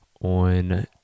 on